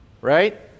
right